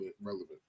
relevant